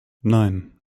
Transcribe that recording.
nein